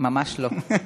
ממש לא.